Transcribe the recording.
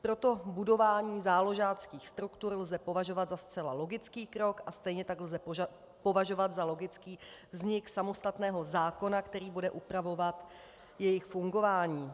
Proto budování záložáckých struktur lze považovat za zcela logický krok a stejně tak lze považovat za logický vznik samostatného zákona, který bude upravovat jejich fungování.